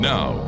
Now